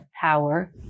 power